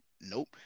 Nope